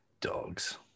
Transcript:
Dogs